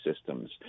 systems